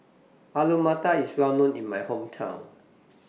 Alu Matar IS Well known in My Hometown